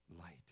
light